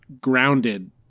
grounded